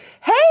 Hey